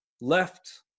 left